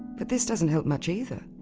but this doesn't help much, either.